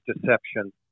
deception